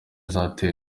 bizatera